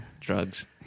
Drugs